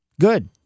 Good